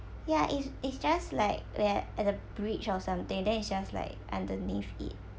ya it's it's just like we're at the bridge or something then it's just like underneath it